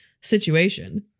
situation